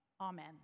Amen